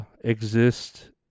exist